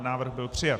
Návrh byl přijat.